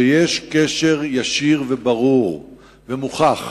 שיש קשר ישיר וברור ומוכח